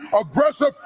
aggressive